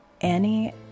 Annie